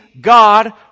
God